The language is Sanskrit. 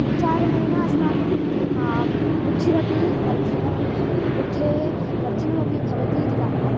उच्चारणेन अस्माकं बुद्धिरपि वर्धनं भवति बुद्धेः वर्धनमपि भवतीति कारणात्